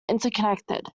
interconnected